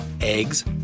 eggs